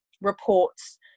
reports